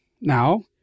Now